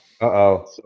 Uh-oh